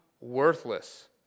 worthless